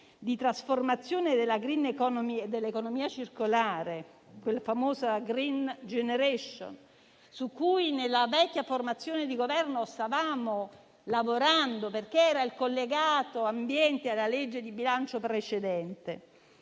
di trasformazione della *green economy* e dell'economia circolare (la famosa *green generation*), su cui nella precedente formazione di Governo stavamo lavorando perché era il collegato ambientale alla legge di bilancio precedente.